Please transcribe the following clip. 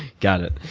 got it.